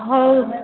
ହଉ